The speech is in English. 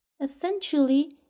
Essentially